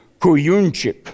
Kuyunchip